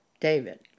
David